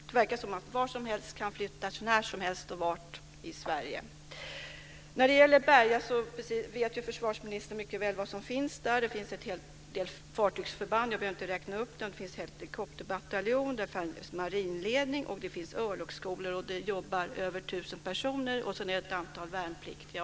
Det verkar som om vad som helst kan flyttas när som helst och vart som helst i Sverige. När det gäller Berga vet försvarsministern mycket väl vad som finns där. Det finns en hel del fartygsförband; jag behöver inte räkna upp dem. Det finns helikopterbataljon, det finns marinledning, det finns örlogsskolor. Det jobbar över tusen personer där, och sedan finns det ett antal värnpliktiga.